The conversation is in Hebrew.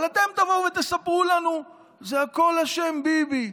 אבל אתם תבואו ותספרו לנו: זה הכול אשם ביבי.